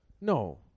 No